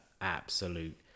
absolute